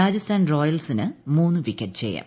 രാജസ്ഥാൻ റോയൽസിന് മൂന്ന് വിക്കറ്റ് ജയം